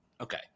okay